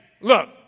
look